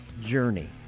journey